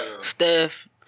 Steph